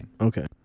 Okay